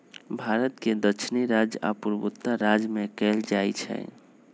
भारत के दक्षिणी राज्य आ पूर्वोत्तर राज्य में कएल जाइ छइ